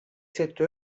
cette